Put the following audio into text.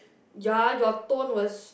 ya your tone was